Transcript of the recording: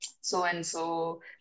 so-and-so